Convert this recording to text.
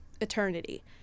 eternity